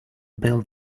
build